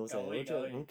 搞胃搞胃